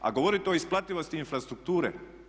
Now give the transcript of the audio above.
A govorite o isplativosti infrastrukture.